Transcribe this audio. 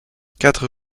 quatre